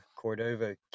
Cordova